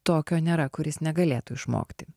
tokio nėra kuris negalėtų išmokti